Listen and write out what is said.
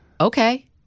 okay